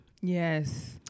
yes